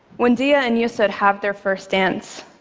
when deah and yusor have their first dance,